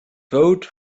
vote